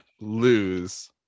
lose